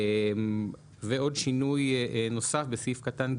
עוד שינוי נוסף בסעיף קטן (ג).